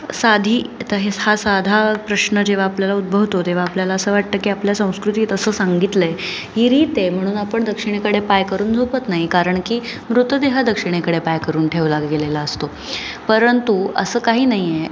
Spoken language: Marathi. साधी आता हे हा साधा प्रश्न जेव्हा आपल्याला उद्भवतो तेव्हा आपल्याला असं वाटतं की आपल्या संस्कृतीत असं सांगितलं आहे ही रीत आहे म्हणून आपण दक्षिणेकडे पाय करून झोपत नाही कारण की मृतदेह दक्षिणेकडे पाय करून ठेवला गेलेला असतो परंतु असं काही नाही आहे